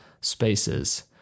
spaces